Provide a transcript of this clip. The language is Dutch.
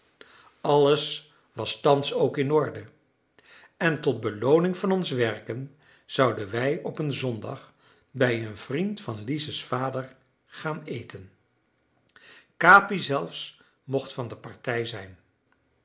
alles was thans ook in orde en tot belooning van ons werken zouden wij op een zondag bij een vriend van lize's vader gaan eten capi zelfs mocht van de partij zijn